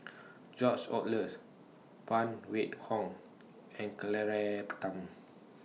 George Oehlers Phan Wait Hong and Claire Tham